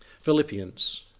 Philippians